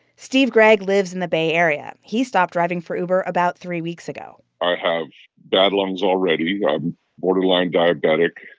steve gregg lives in the bay area. he stopped driving for uber about three weeks ago i have bad lungs already. i'm borderline diabetic.